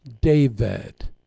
David